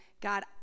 God